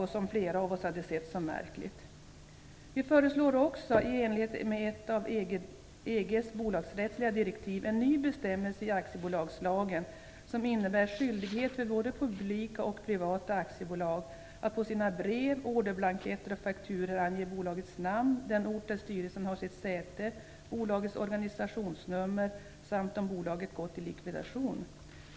Det hade flera av oss sett som märkligt. Vi föreslår också, i enligt med ett av EG:s bolagsrättsliga direktiv, en ny bestämmelse i aktiebolagslagen som innebär skyldighet för både publika och privata aktiebolag att på sina brev, orderblanketter och fakturor ange bolagets namn, den ort där styrelsen har sitt säte, bolagets organisationsnummer samt om bolaget gått i likvidation.